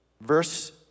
Verse